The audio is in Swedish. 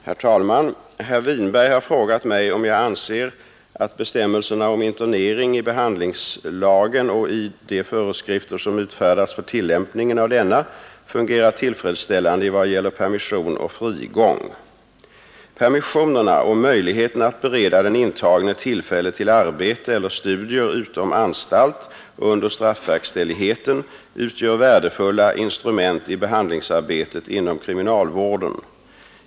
Herr talman! Herr Winberg har frågat mig om jag anser att bestämmelserna om internering i behandlingslagen och i de föreskrifter som utfärdats för tillämpningen av denna fungerar tillfredsställande i vad gäller permission och frigång. Permissionerna och möjligheten att bereda den intagne tillfälle till arbete eller studier utom anstalt under straffverkställigheten utgör värdefulla instrument i behandlingsarbetet inom kriminalvården.